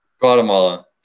Guatemala